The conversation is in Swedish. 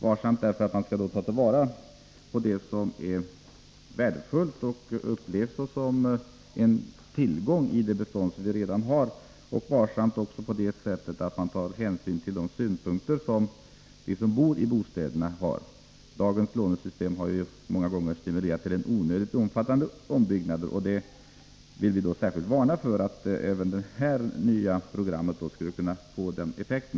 Det skall ske varsamt genom att man tar vara på det som är värdefullt och upplevs såsom en tillgång i det bestånd vi redan har, och varsamt också på det sättet att man tar hänsyn till de synpunkter som de som bor i bostäderna har. Dagens lånesystem har många gånger stimulerat till onödigt omfattande ombyggnader. Vi vill särskilt varna för att även det nya programmet skulle kunna få den effekten.